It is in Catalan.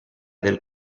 del